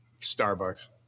Starbucks